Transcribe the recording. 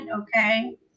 Okay